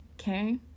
Okay